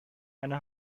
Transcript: eine